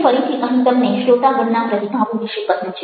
મેં ફરીથી અહીં તમને શ્રોતાગણના પ્રતિભાવો વિશે કહ્યું છે